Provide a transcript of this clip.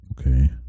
okay